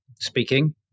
speaking